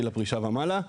גיל הפרישה ומעלה.